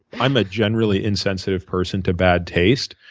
i'm a generally insensitive person to bad taste.